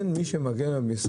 אבל אין במשרד מי שמגן עליהם.